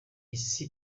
isi